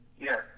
Yes